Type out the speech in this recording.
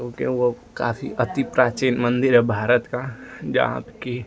क्योंकि वह काफ़ी अति प्राचीन मन्दिर है भारत का जहाँ कि